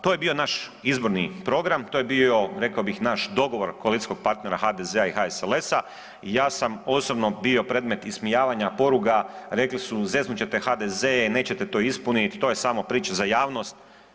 To je bio naš izborni program, to je bio rekao bih naš dogovor koalicijskog partnera HDZ-a i HSLS-a i ja sam osobno bio predmet ismijavanja poruga rekli su zeznut će te HDZ, nećete to ispunit, to je samo priča za javnost.